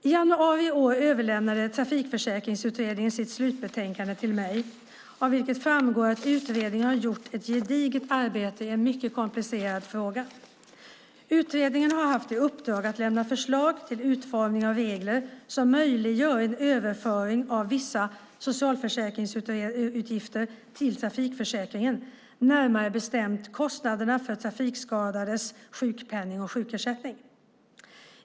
I januari i år överlämnade Trafikförsäkringsutredningen sitt slutbetänkande till mig, av vilket framgår att utredningen har gjort ett gediget arbete i en mycket komplicerad fråga. Utredningen har haft i uppdrag att lämna förslag till utformning av regler som möjliggör en överföring av vissa socialförsäkringsutgifter till trafikförsäkringen, närmare bestämt kostnaderna för trafikskadades sjukpenning och sjukersättning.